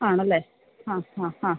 ആണല്ലെ ആ ഹാ ഹാ